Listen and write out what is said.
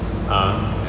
ah